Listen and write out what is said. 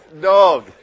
Dog